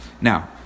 Now